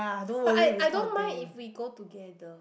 but I I don't mind if we go together